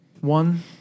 one